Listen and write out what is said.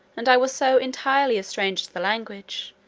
and i was so entirely a stranger to the language,